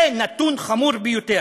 זה נתון חמור ביותר.